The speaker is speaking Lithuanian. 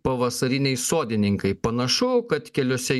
pavasariniai sodininkai panašu kad keliuose